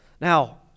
Now